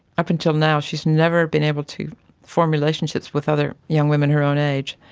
up until now she has never been able to form relationships with other young women her own age,